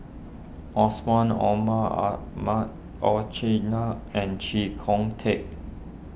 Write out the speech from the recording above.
Omar Ahmad and Chee Kong Tet